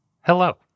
hello